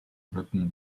written